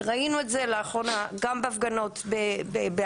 ראינו את זה לאחרונה גם בהפגנות באיילון,